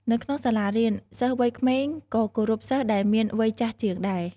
នៅក្នុងសាលារៀន សិស្សវ័យក្មេងក៏គោរពសិស្សដែលមានវ័យចាស់ជាងដែរ។